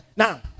Now